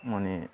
माने